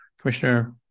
commissioner